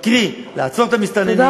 קרי לעצור את המסתננים,